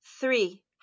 Three